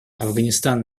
афганистан